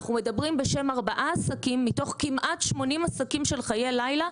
אנחנו מדברים בשם ארבעה עסקים מתוך כמעט 80 עסקים של חיי לילה,